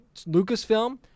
Lucasfilm